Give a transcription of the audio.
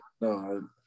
no